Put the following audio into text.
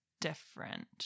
different